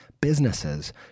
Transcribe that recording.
businesses